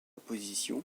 position